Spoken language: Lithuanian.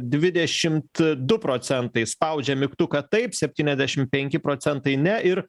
dvidešimt du procentai spaudžia mygtuką taip septyniasdešim penki procentai ne ir